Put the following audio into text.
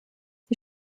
die